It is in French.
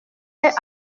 est